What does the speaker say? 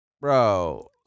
bro